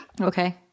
okay